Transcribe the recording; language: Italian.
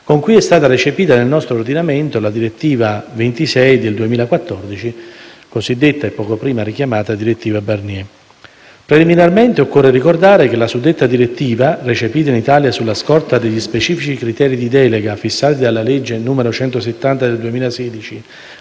con cui è stata recepita nel nostro ordinamento la direttiva n. 26 del 2014, prima richiamata, cosiddetta direttiva Barnier. Preliminarmente occorre ricordare che la suddetta direttiva - recepita in Italia sulla scorta degli specifici criteri di delega fissati dalla legge n. 170 del 2016,